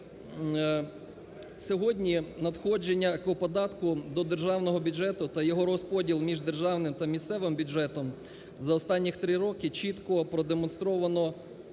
Сьогодні надходження по податку до державного бюджету та його розподіл між державним та місцевим бюджетом за останні три роки чітко продемонстровано